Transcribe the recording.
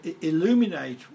illuminate